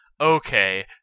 okay